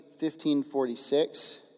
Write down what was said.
1546